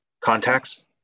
contacts